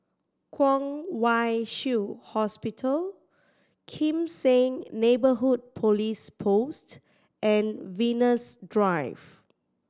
Kwong Wai Shiu Hospital Kim Seng Neighbourhood Police Post and Venus Drive